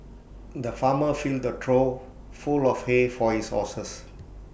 the farmer filled A trough full of hay for his horses